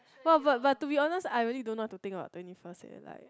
but but but to be honest I really don't know what to think about twenty first eh like